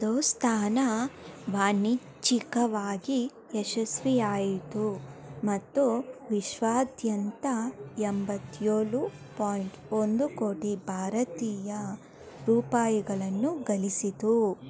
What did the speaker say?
ದೋಸ್ತಾನಾ ವಾಣಿಜ್ಯಿಕವಾಗಿ ಯಶಸ್ವಿಯಾಯಿತು ಮತ್ತು ವಿಶ್ವಾದ್ಯಂತ ಎಂಬತ್ತೇಳು ಪಾಯಿಂಟ್ ಒಂದು ಕೋಟಿ ಭಾರತೀಯ ರೂಪಾಯಿಗಳನ್ನು ಗಳಿಸಿತು